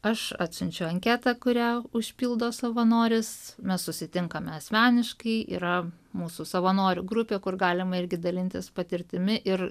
aš atsiunčiu anketą kurią užpildo savanoris mes susitinkame asmeniškai yra mūsų savanorių grupė kur galima irgi dalintis patirtimi ir